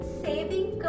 saving